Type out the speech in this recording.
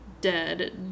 dead